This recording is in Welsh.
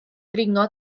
dringo